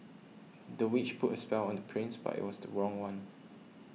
the witch put a spell on the prince but it was the wrong one